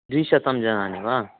द्विशतं जनानि वा